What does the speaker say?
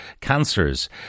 cancers